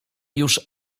już